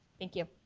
thank you.